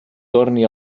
torne